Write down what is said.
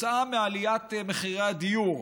כתוצאה מעליית מחירי הדיור,